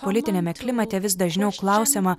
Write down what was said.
politiniame klimate vis dažniau klausiama